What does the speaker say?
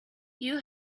you